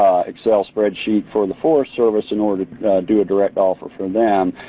excel spreadsheet for the forest service in order to do a direct offer for them,